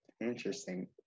Interesting